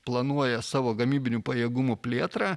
planuoja savo gamybinių pajėgumų plėtrą